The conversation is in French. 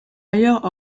ailleurs